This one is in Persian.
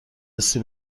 حسی